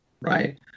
right